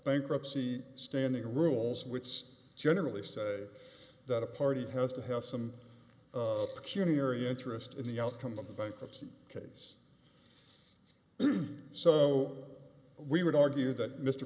bankruptcy standing rules which is generally said that a party has to have some cuny or interest in the outcome of the bankruptcy case so we would argue that mr